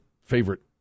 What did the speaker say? favorite